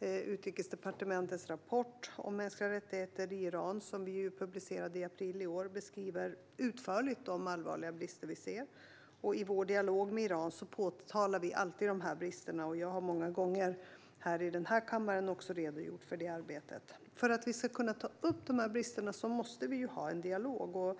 Utrikesdepartementets rapport om mänskliga rättigheter i Iran, som vi publicerade i april i år, beskriver utförligt de allvarliga brister vi ser. Och i vår dialog med Iran påtalar vi alltid dessa brister. Jag har många gånger här i kammaren också redogjort för vårt arbete. För att vi ska kunna ta upp de här bristerna måste vi ha en dialog.